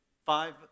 five